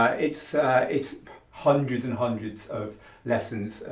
ah it's it's hundreds and hundreds of lessons.